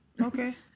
okay